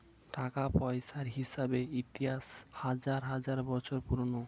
টাকা পয়সার হিসেবের ইতিহাস হাজার হাজার বছর পুরোনো